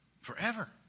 forever